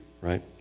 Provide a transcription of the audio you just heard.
right